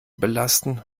belasten